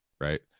right